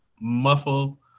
muffle